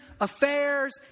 affairs